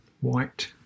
white